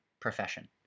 profession